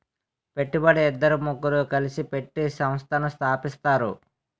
పెట్టుబడి ఇద్దరు ముగ్గురు కలిసి పెట్టి సంస్థను స్థాపిస్తారు